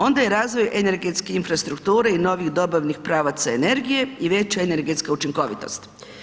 Onda je razvoj energetske infrastrukture i novih dobavnih pravaca energije i veća energetska učinkovitost.